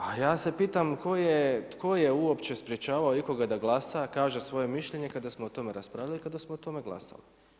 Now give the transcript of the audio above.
A ja se pitam, tko je uopće sprječavao ikoga da glasa, kaže svoje mišljenje kada smo o tome raspravljali i kada smo o tome glasali.